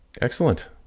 Excellent